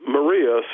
Maria